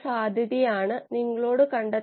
5 ആണെന്ന് കരുതുക